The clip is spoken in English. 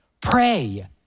pray